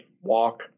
walk